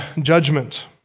judgment